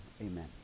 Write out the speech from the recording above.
amen